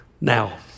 Now